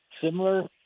Similar